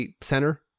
center